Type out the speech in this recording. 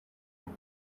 kuva